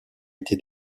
été